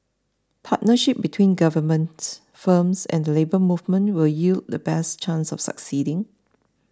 partnership between government firms and the Labour Movement will yield the best chance of succeeding